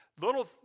little